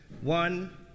One